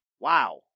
Wow